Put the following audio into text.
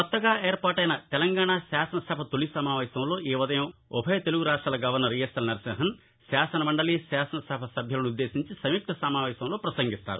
కొత్తగా ఏర్పాటయిన తెలంగాణా శాసనసభ తొలి సమావేశంలో ఈ ఉదయం ఉభయ తెలుగు రాష్ట్రాల గవర్నర్ ఇఎస్ఎల్ నరసింహన్ శాసనమండలి శాసనసభ సభ్యులనుద్దేశించి సంయుక్త సమావేశంలో పసంగిస్తారు